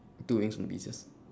two wings on the bees yes